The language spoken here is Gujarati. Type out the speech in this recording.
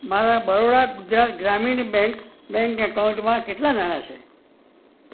મારા બરોડા ગુજરાત ગ્રામીણ બેંક બેંક એકાઉન્ટમાં કેટલાં નાણાં છે